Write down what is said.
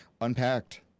Unpacked